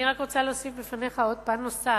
אני רק רוצה להוסיף בפניך פן נוסף,